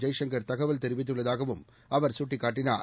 ஜெய் சங்கர் தகவல் தெரிவித்துள்ளதாகவும் அவர் சுட்டிக்காட்டினார்